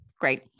great